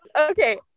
Okay